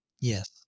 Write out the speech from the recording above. Yes